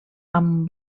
amb